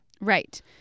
Right